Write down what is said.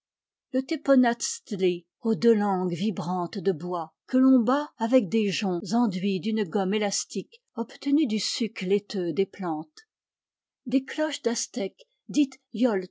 deux langues vibrantes de bois que l'on bat avec des joncs enduits d'une gomme élastique obtenue du suc laiteux des plantes des cloches d'aztèques dites yolt